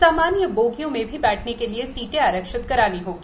सामान्य बोगियो में भी बैठने के लिए सीटें आरक्षित करानी होंगी